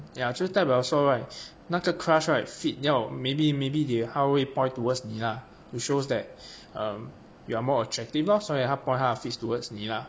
ya 就是代表说 right 那个 crush right feet 要 maybe maybe they 她会 point towards 你啦 to shows that err you are more attractive lor 所以她 point 她的 feet towards 你 lah